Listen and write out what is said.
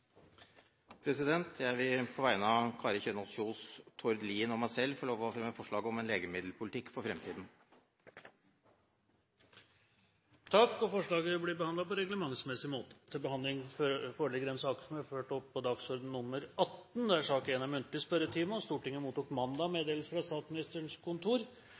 representantforslag. Jeg vil på vegne av Kari Kjønaas Kjos, Tord Lien og meg selv få fremme et representantforslag om en legemiddelpolitikk for fremtiden. Forslaget vil bli behandlet på reglementsmessig måte. Stortinget mottok mandag meddelelse fra Statsministerens kontor